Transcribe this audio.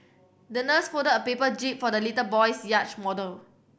the nurse folded a paper jib for the little boy's yacht model